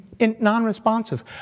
non-responsive